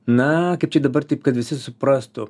na kaip čia dabar taip kad visi suprastų